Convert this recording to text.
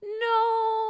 No